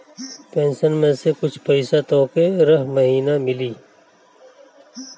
pension में से कुछ पईसा तोहके रह महिना मिली